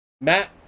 Matt